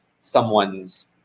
someone's